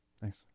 Thanks